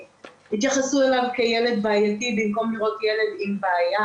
התייחסו אליו כילד בעייתי במקום לראות ילד עם בעיה.